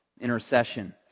intercession